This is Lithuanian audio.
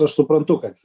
aš suprantu kad